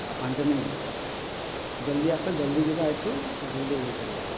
ଆଉ ପାଞ୍ଚ ମିନିଟ୍ ଜଲ୍ଦି ଆସ ଜଲ୍ଦି ଯିବା ଏଇଠୁ ଜଲ୍ଦି ଇଏ କରିବା